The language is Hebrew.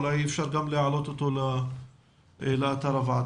אפשר אולי גם להעלות אותו לאתר הוועדה.